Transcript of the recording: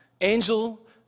angel